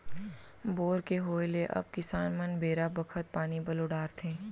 bore के होय ले अब किसान मन बेरा बखत पानी पलो डारथें